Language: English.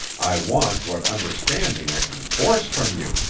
i want what understanding i can force from you.